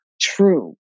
true